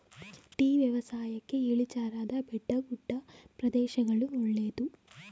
tea ವ್ಯವಸಾಯಕ್ಕೆ ಇಳಿಜಾರಾದ ಬೆಟ್ಟಗುಡ್ಡ ಪ್ರದೇಶಗಳು ಒಳ್ಳೆದು